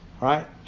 Right